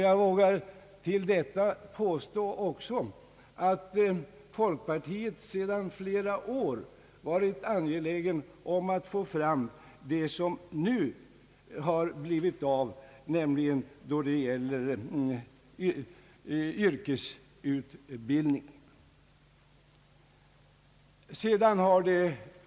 Jag vågar till detta också påstå att folkpartiet sedan flera år har varit angeläget om att skapa det som nu har blivit av, nämligen yrkesutbildningen.